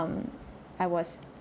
um I was